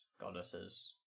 goddesses